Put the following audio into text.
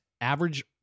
average